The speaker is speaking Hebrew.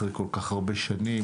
אחרי כל כך הרבה שנים,